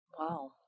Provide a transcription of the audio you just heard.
Wow